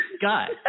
God